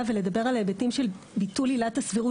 ולדבר על ההיבטים של ביטול עילת הסבירות,